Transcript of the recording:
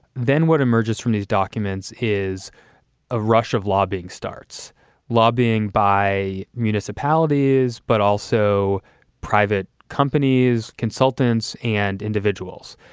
then what emerges from these documents is a rush of lobbying, starts lobbying by municipalities, but also private companies, consultants and individuals.